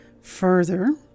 further